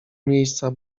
miejsca